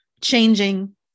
changing